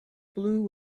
blew